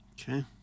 okay